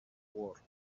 war